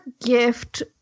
Gift